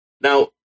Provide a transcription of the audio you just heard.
Now